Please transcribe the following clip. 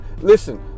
Listen